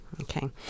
Okay